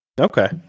Okay